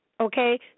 Okay